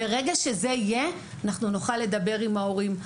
ברגע שזה יהיה, אנחנו נוכל לדבר עם ההורים.